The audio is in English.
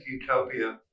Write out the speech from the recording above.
utopia